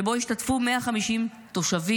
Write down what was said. שבו השתתפו 150 תושבים,